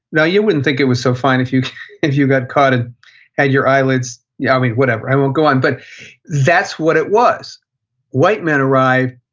now you wouldn't think it was so fine if you if you got caught, and had your eyelids, yeah i mean, whatever, i won't go on. but that's what it was white men arrived.